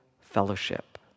fellowship